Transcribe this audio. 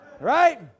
Right